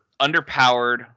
underpowered